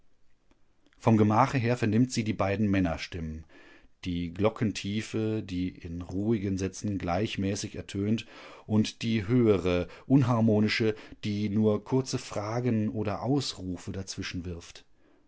vom gemache her vernimmt sie die beiden männerstimmen die glockentiefe die in ruhigen sätzen gleichmäßig ertönt und die höhere unharmonische die nur kurze fragen oder ausrufe